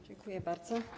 Dziękuję bardzo.